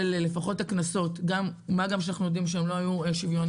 לפחות של הקנסות מה גם שאנחנו יודעים שהם לא היו שוויוניים,